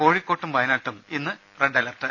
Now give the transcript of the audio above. കോഴിക്കോട്ടും വയനാട്ടിലും ഇന്ന് റെഡ് അലർട്ട്